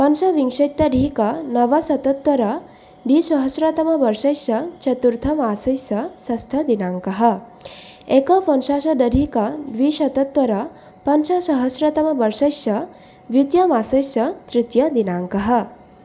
पञ्चविंशत्यधिकनवशतोत्तर द्विसहस्रतमवर्षस्य चतुर्थमासस्य षष्ठदिनाङ्कः एकपञ्चाशदधिकद्विशतोत्तर पञ्चसहस्रतमवर्षस्य द्वितीयमासस्य तृतीयदिनाङ्कः